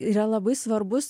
yra labai svarbus